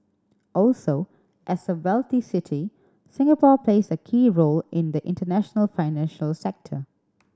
also as a wealthy city Singapore plays a key role in the international financial sector